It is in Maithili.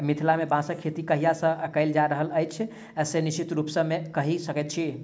मिथिला मे बाँसक खेती कहिया सॅ कयल जा रहल अछि से निश्चित रूपसॅ नै कहि सकैत छी